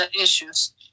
issues